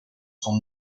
son